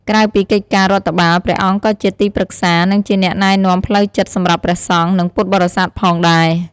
ក្រៅពីកិច្ចការរដ្ឋបាល ព្រះអង្គក៏ជាទីប្រឹក្សា និងជាអ្នកណែនាំផ្លូវចិត្តសម្រាប់ព្រះសង្ឃ និងពុទ្ធបរិស័ទផងដែរ។